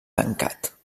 tancat